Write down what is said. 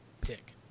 pick